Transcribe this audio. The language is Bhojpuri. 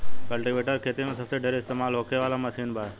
कल्टीवेटर खेती मे सबसे ढेर इस्तमाल होखे वाला मशीन बा